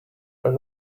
are